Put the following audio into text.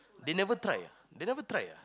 they never try they never try ah